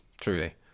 Truly